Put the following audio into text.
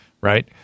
right